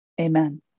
amen